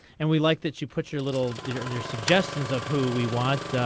and we like that. you put your little here's your suggestions of who we want.